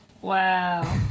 Wow